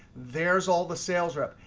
there's all the sales reps.